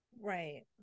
right